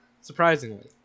surprisingly